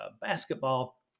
basketball